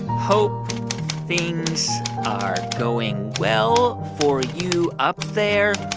hope things are going well for you up there